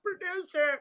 producer